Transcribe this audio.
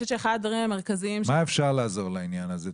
במה אפשר לעזור בעניין הזה?